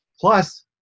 Plus